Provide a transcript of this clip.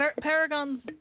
Paragon's